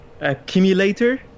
Accumulator